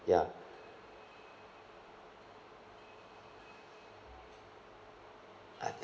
ya